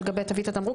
על גבי תווית התמרוק,